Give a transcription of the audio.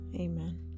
Amen